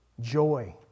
Joy